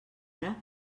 ara